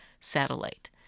satellite